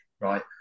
right